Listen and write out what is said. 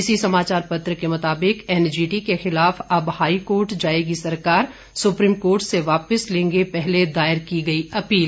इसी समाचार पत्र के मुताबिक एनजीटी के खिलाफ अब हाईकोर्ट जाएगी सरकार सुप्रीम कोर्ट से वापस लेंगे पहले दायर की गई अपील